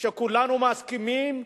שכולנו מסכימים?